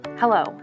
Hello